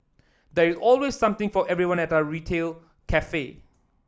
there is always something for everyone at our retail cafe